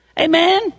amen